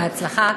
בהצלחה.